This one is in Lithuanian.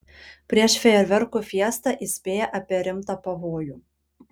prieš fejerverkų fiestą įspėja apie rimtą pavojų